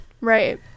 right